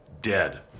dead